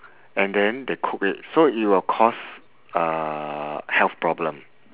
and then they cook it so it will cause uh health problem